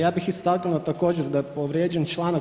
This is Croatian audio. Ja bih istaknuo, također, da je povrijeđen čl.